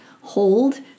Hold